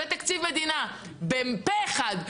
ותקציב מדינה פה אחד,